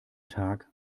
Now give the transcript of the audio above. tag